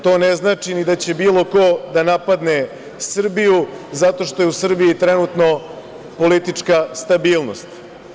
To ne znači ni da će bilo ko da napadne Srbiju zato što je u Srbiji trenutno politička stabilnost.